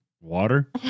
water